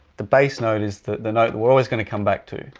the bass note is the the note we are always going to come back to.